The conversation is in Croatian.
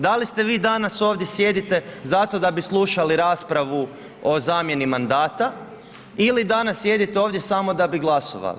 Da li ste vi danas ovdje, sjedite, zato da bi slušali raspravu o zamjeni mandata ili danas sjedite ovdje samo da bi glasovali?